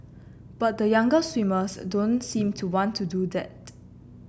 but the younger swimmers don't seem to want to do that